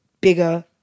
bigger